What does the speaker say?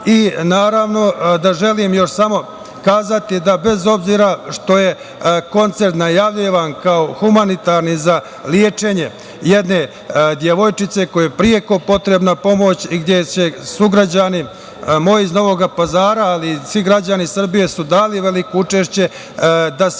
okončan? Želim još samo reći da bez obzira što je koncert najavljivan kao humanitarni za lečenje jedne devojčice kojoj je preko potrebna pomoć, gde će moji sugrađani iz Novog Pazara, ali i svi građani Srbije su dali veliko učešće da se